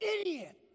idiot